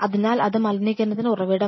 അതിനാൽ അത് മലിനീകരണത്തിന്റെ ഉറവിടമാണ്